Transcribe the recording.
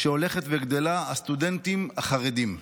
שהולכת וגדלה, הסטודנטים החרדים.